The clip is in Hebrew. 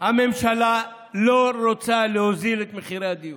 הממשלה לא רוצה להוריד את מחירי הדיור.